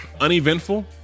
Uneventful